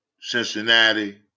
Cincinnati